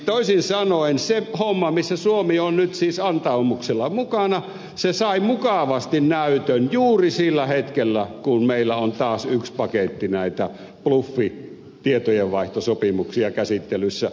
toisin sanoen se homma jossa suomi on nyt antaumuksella mukana sai mukavasti näytön juuri sillä hetkellä kun meillä on taas yksi paketti näitä bluffitietojenvaihtosopimuksia käsittelyssä